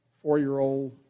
four-year-old